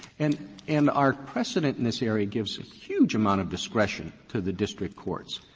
and and our precedent in this area gives a huge amount of discretion to the district courts,